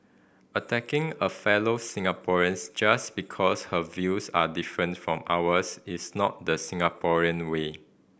attacking a fellow Singaporeans just because her views are different from ours is not the Singaporean way